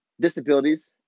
disabilities